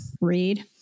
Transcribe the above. read